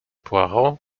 poirot